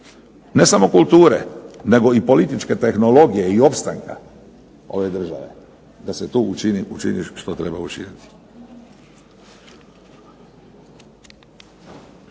ne samo kulture, nego političke tehnologije i opstanka ove države, da se učini što treba učiniti.